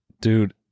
Dude